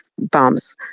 Bombs